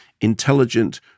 intelligent